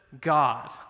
God